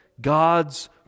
God's